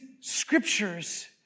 scriptures